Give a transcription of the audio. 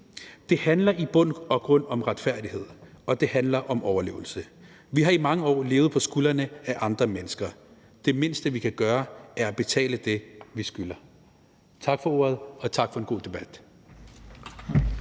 Det handler i bund og grund om retfærdighed, og det handler om overlevelse. Vi har i mange år levet på skuldrene af andre mennesker. Det mindste, vi kan gøre, er at betale det, vi skylder. Tak for ordet og tak for en god debat.